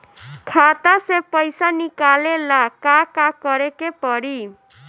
खाता से पैसा निकाले ला का का करे के पड़ी?